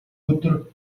өдөр